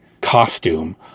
costume